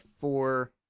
four